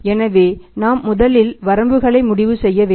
எனவே நாம் முதலில் வரம்புகளை முடிவு செய்ய வேண்டும்